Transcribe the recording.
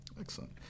Excellent